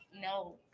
no